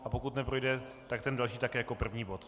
A pokud neprojde, tak ten další také jako první bod.